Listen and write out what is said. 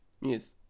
Yes